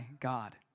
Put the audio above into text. God